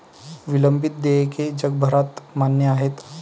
विलंबित देयके जगभरात मान्य आहेत